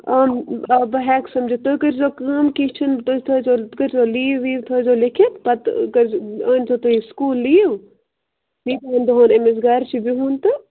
آن با بہٕ ہیٚکہٕ سمجِتھ تُہۍ کٔرۍزیٚو کٲم کیٚنٛہہ چھُنہٕ تُہۍ تھٲوزیٚو کٔرۍزیٚو لیٖو ویٖو تھٲوزیٚو لیٖکھِتھ پتہٕ کٔرۍزیٚو أنۍزیٚو تُہۍ سکوٗل لیٖو ییٖتہِ ہَن دۄہَن أمِس گرِ چھُ بِہُون تہٕ